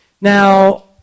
Now